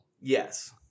Yes